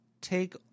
take